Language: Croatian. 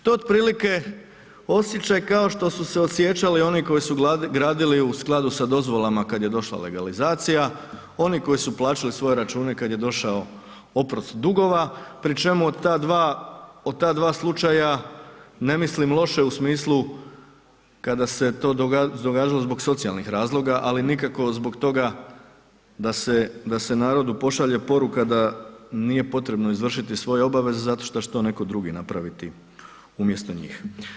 To je otprilike osjećaj kao što su se osjećali oni koji su gradili u skladu s dozvolama kad je došla legalizacija, oni koji su plaćali svoje račune kad je došao oprost dugova, pri čemu o ta dva, o ta dva slučaja ne mislim loše u smislu kada se to događalo zbog socijalnih razloga, ali nikako zbog toga da se narodu pošalje poruka da nije potrebno izvršiti svoje obaveze zato šta će to netko drugi napraviti umjesto njih.